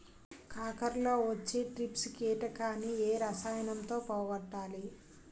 కాకరలో వచ్చే ట్రిప్స్ కిటకని ఏ రసాయనంతో పోగొట్టాలి?